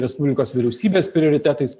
respublikos vyriausybės prioritetais